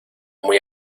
muy